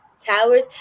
towers